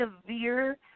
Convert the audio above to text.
severe